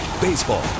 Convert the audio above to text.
Baseball